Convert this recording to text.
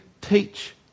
teach